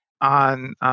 on